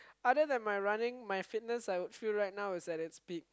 other than my running my fitness I would feel right now is at its peak